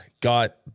got